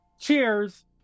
Cheers